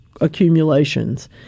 accumulations